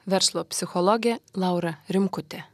verslo psichologė laura rimkutė